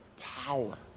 power